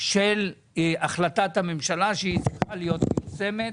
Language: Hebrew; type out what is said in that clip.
של החלטת הממשלה שהיא צריכה להיות מיושמת.